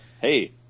Hey